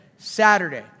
Saturday